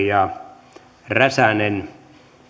räsänen